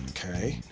okay.